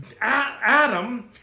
Adam